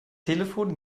telefon